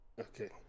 Okay